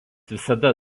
visada